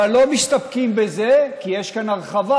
אבל לא מסתפקים בזה, כי יש כאן הרחבה: